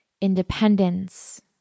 independence